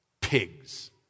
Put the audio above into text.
pigs